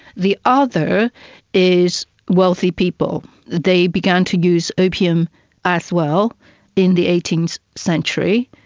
the other is wealthy people. they began to use opium as well in the eighteenth century,